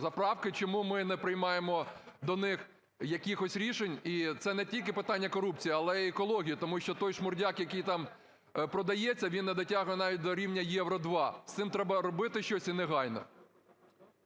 заправки? Чому ми не приймаємо до них якихось рішень? І це не тільки питання корупції, але і екології. Тому що тойшмурдяк, який там продається, він не дотягує навіть до рівня Євро-2. З цим треба робити щось і негайно.